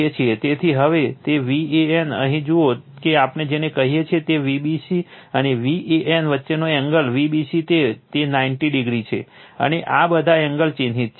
તેથી હવે તે Van અહીં જુઓ કે આપણે જેને કહીએ છીએ અને Vbc અને Van વચ્ચેનો એંગલ Vbc છે તે 90o છે અને બધા એંગલ ચિહ્નિત છે